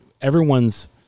everyone's